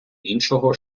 іншого